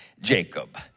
Jacob